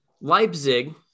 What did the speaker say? Leipzig